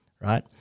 Right